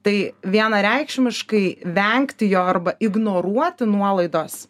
tai vienareikšmiškai vengti jo arba ignoruoti nuolaidos